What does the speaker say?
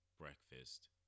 breakfast